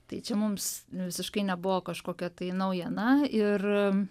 tai čia mums visiškai nebuvo kažkokia tai naujiena ir